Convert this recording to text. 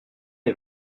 les